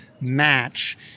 match